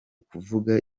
kuvuga